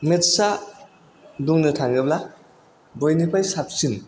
मेत्सा बुंनो थाङोब्ला बयनिख्रुय साबसिन